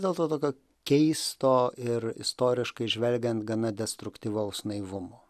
dėl to tokio keisto ir istoriškai žvelgiant gana destruktyvaus naivumo